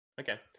Okay